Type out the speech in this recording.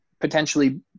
potentially